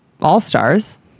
All-Stars